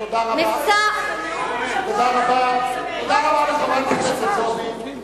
תודה רבה לחברת הכנסת זועבי.